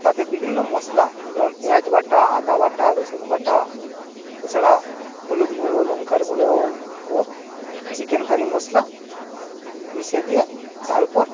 তাতে বিভিন্ন মশলা যেমন পেঁয়াজ বাটা আদা বাটা রসুন বাটা এছাড়া হলুদ গুড়ো লংকার গুড়ো ও চিকেন কারি মশলা মিশিয়ে দিয়ে তার ওপর